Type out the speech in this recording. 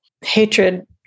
Hatred